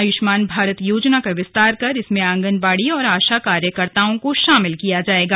आयुष्मान भारत योजना का विस्तार कर इसमें आंगनवाड़ी और आशा कार्यकर्ताओं को शामिल किया जाएगा